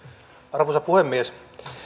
arvoisa puhemies